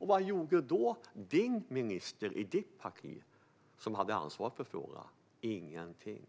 Vad gjorde då din minister i ditt parti som hade ansvar för frågan? Ingenting